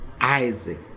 Isaac